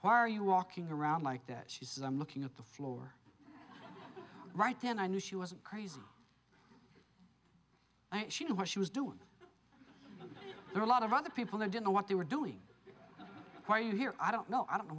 are you walking around like that she says i'm looking at the floor right then i knew she wasn't crazy and she knew what she was doing a lot of other people didn't know what they were doing quite here i don't know i don't know